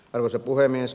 arvoisa puhemies